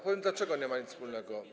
Powiem, dlaczego nie ma nic wspólnego.